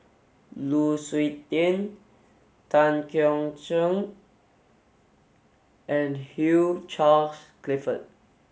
Lu Suitin Tan Keong Choon and Hugh Charles Clifford